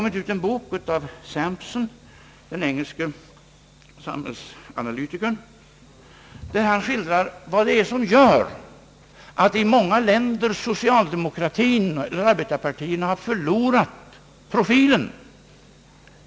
I en bok av den engelske sambhällsanalytikern Sampson skildrar han vad det är som gör att socialdemokratin eller arbetarpartierna i många länder har förlorat sin profil.